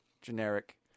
generic